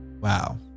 wow